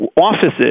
offices